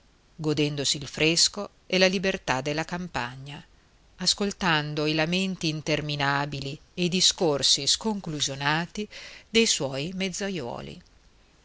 godendosi il fresco e la libertà della campagna ascoltando i lamenti interminabili e i discorsi sconclusionati dei suoi mezzaiuoli alla